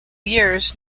years